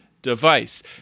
Device